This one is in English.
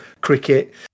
cricket